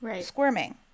squirming